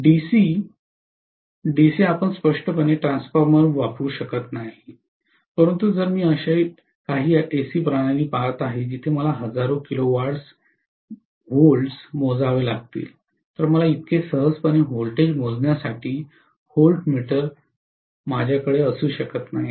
DC DC आपण स्पष्टपणे transformer वापरू शकत नाही परंतु जर मी अशी काही एसी प्रणाली पहात आहे जिथे मला हजारो किलोवोल्ट मोजावे लागतील तर मला इतके सहजपणे व्होल्टेज मोजण्यासाठी व्होल्टमीटर असू शकत नाही